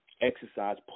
exercise